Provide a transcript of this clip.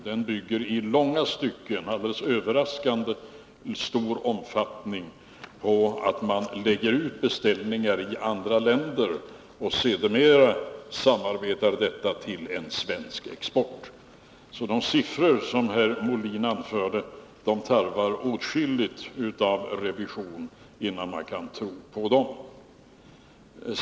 Den bygger i alldeles överraskande stor omfattning på att man lägger ut beställningar i andra länder och sedermera exporterar de produkter som kommer fram. De siffror som Björn Molin anförde tarvar åtskillig, revision innan man kan tro på dem.